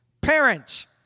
Parents